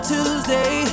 Tuesday